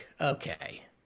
okay